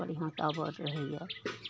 बढ़िआँ टाबर रहैए